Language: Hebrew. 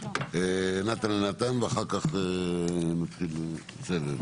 נתן אלנתן ואחר כך נתחיל סבב.